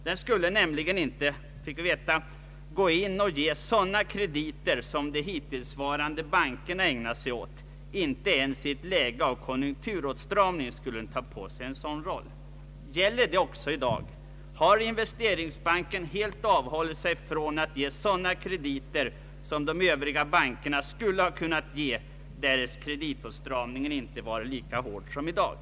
Den skulle nämligen inte, fick vi veta, ge sådana krediter som de hittillsvarande bankerna ägnat sig åt. Inte ens i ett läge av konjunkturåtstramning skulle den ta på sig en sådan roll. Gäller detta också i dag? Har In vesteringsbanken helt avhållit sig från att ge sådana krediter som de övriga bankerna skulle kunna ge, därest kreditåtstramningen inte varit lika hård som i dag?